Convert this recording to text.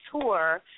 tour